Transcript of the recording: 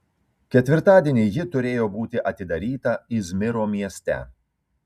ketvirtadienį ji turėjo būti atidaryta izmyro mieste